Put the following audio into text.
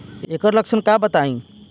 एकर लक्षण बताई?